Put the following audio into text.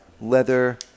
leather